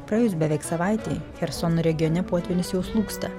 praėjus beveik savaitei chersono regione potvynis jau slūgsta